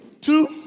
Two